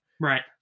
Right